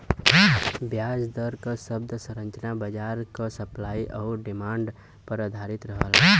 ब्याज दर क शब्द संरचना बाजार क सप्लाई आउर डिमांड पर आधारित रहला